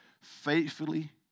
faithfully